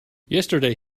yesterday